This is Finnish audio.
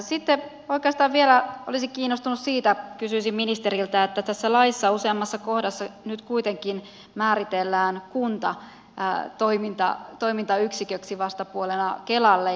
sitten oikeastaan vielä olisin kiinnostunut siitä kysyisin ministeriltä että tässä laissa useammassa kohdassa nyt kuitenkin määritellään kunta toimintayksiköksi vastapuolena kelalle